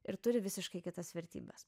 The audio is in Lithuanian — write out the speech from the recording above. ir turi visiškai kitas vertybes